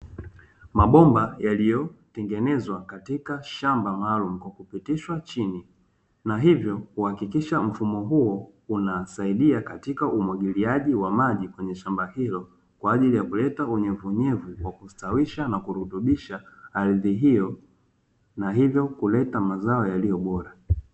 Mabomba yaliyotengenezwa katika shamba maalumu kwa kupitishwa chini. Na hivyo kuhakikisha mfumo huo unasaidia katika umwagiliaji wa maji kwenye shamba hilo kwa ajili ya kuleta unyevunyevu kwa kustawisha na kurutubisha ardhi hiyo na hivyo kuleta mazao yaliyo bora.